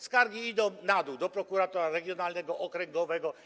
Skargi idą na dół do prokuratora regionalnego, okręgowego.